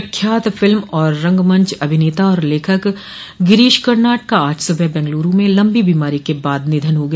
प्रख्यात फिल्म और रंगमंच अभिनेता और लेखक गिरीश कर्नाड का आज सुबह बेंगलुरू में लंबी बीमारी के बाद निधन हो गया